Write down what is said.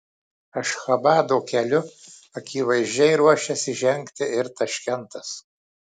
ašchabado keliu akivaizdžiai ruošiasi žengti ir taškentas